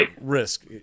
risk